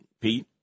Pete